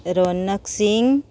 Ronak Singh